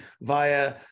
via